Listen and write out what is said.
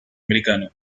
americanos